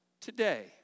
today